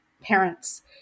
parents